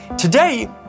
Today